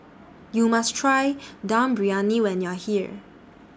YOU must Try Dum Briyani when YOU Are here